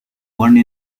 one